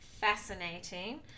fascinating